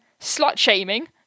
slut-shaming